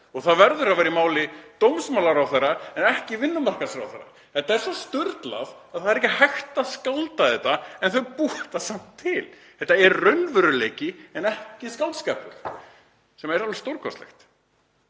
og það verður að vera í máli dómsmálaráðherra en ekki vinnumarkaðsráðherra. Þetta er svo sturlað að það er ekki hægt að skálda þetta en þau búa þetta samt til. Þetta er raunveruleiki en ekki skáldskapur, sem er alveg stórkostlegt,